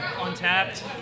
Untapped